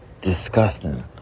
disgusting